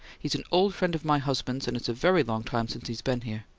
he's an old friend of my husband's and it's a very long time since he's been here.